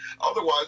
Otherwise